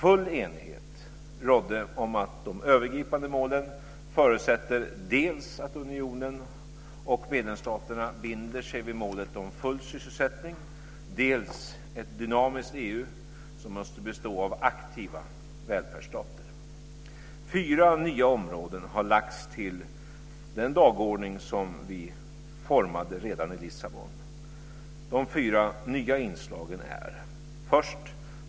Full enighet rådde om att de övergripande målen förutsätter dels att unionen och medlemsstaterna binder sig vid målet om full sysselsättning, dels ett dynamiskt EU som måste bestå av aktiva välfärdsstater. Fyra nya områden har lagts till den dagordning som vi formade redan i Lissabon.